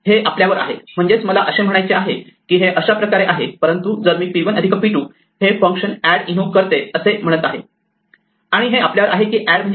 हे आपल्यावर आहे म्हणजेच मला असे म्हणायचे आहे की हे अशाप्रकारे आहे परंतु जर मी p1 p2 हे फंक्शन एड इन्व्होक करते असे म्हणत आहे आणि हे आपल्यावर आहे की एड म्हणजे काय